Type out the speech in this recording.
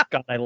God